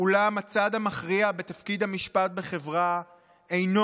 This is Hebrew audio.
אולם הצעד המכריע בתפקיד המשפט בחברה אינו